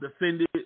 defended